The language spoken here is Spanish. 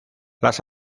las